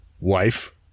wife